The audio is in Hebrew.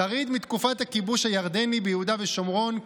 שריד מתקופת הכיבוש הירדני ביהודה ושומרון,